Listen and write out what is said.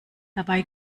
dabei